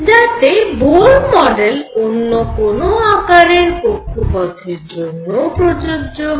যাতে Bohr model অন্য কোনো আকারের কক্ষপথের জন্যও প্রযোজ্য হয়